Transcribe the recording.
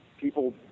people